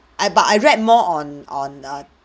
I but I read more on on that